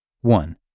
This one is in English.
One